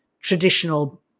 traditional